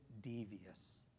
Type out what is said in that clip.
devious